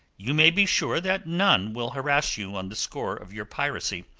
you may be sure that none will harass you on the score of your piracy,